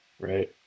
right